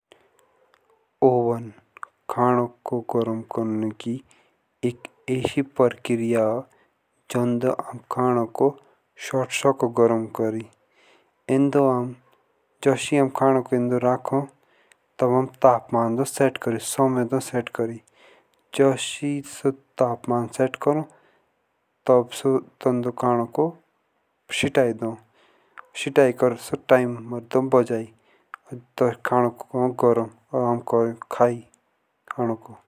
ओवन खानोकु गरम करने की एक अच्छे प्रक्रिया हो जन्दु खांको शोट गरम सको गरम क्रि। अंडो आम जसे खानोकू आम राको तब हम तापमान सेट कोरो। तब सो तंदो खानोकू कर स टाइम दो बजे तस सो खानोकू हो गरम और करो खाए खानोकू।